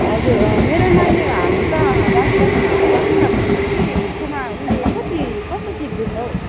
हजुर मेरो नानी हाल्नु त डान्स क्लासमा हालेको कति पनि भएको छैन कि उसकोमा उसले कति कस्तो सिक्दैछ हो